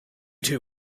two